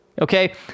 okay